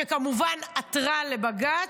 שכמובן עתרה לבג"ץ,